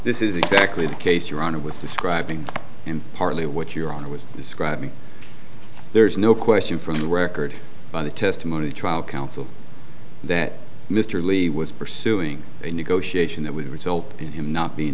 this is exactly the case your honor was describing and partly what your honor was describing there is no question from the record by the testimony trial counsel that mr lee was pursuing a negotiation that would result in him not being